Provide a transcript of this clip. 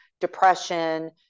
depression